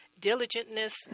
diligentness